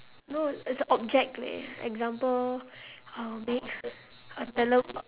no it's a object leh example I'll make a tele~